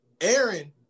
Aaron